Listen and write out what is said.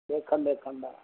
ਦੇਖਣ ਦੇਖਣ ਦਾ